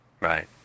Right